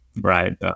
right